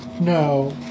No